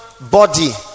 body